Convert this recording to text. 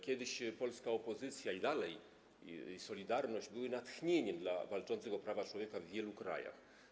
Kiedyś polska opozycja, a dalej „Solidarność” były natchnieniem dla walczących o prawa człowieka w wielu krajach.